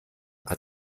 hat